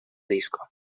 disco